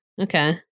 Okay